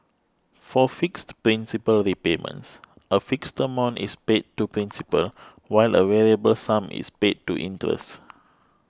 for fixed principal repayments a fixed amount is paid to principal while a variable sum is paid to interest